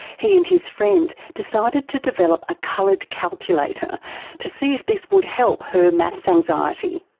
he and his friend decided to develop a coloured calculator to see if this would help her maths anxiety.